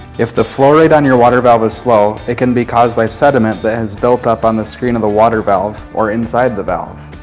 if the flow rate on your water valve is slow, it can be caused by sediment that has built up on the screen of the valve or inside the valve.